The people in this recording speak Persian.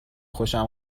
خوشم